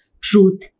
truth